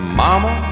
mama